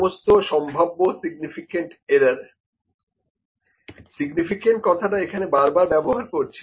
সমস্ত সম্ভাব্য significant error significant কথাটা এখানে বারবার ব্যবহার করছি